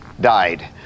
died